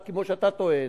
כמו שאתה טוען.